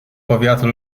powiatu